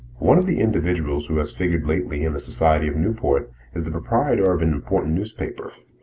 one of the individuals who has figured lately in the society of newport is the proprietor of an important newspaper.